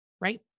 right